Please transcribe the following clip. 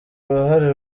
uruhare